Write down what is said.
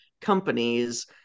companies